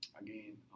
again